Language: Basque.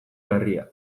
berria